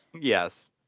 Yes